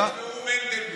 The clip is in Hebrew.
הכנסת" והוא "מנדלבליט"?